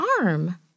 arm